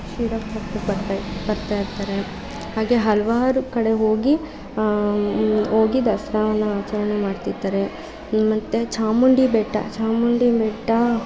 ಶ್ರೀ ರಂಗಪಟ್ಣಕ್ಕೆ ಬರ್ತಾ ಬರ್ತಾ ಇರ್ತಾರೆ ಹಾಗೆ ಹಲವಾರು ಕಡೆ ಹೋಗಿ ಹೋಗಿ ದಸ್ರಾ ಎಲ್ಲ ಆಚರಣೆ ಮಾಡ್ತಿರ್ತಾರೆ ಮತ್ತು ಚಾಮುಂಡಿ ಬೆಟ್ಟ ಚಾಮುಂಡಿ ಬೆಟ್ಟ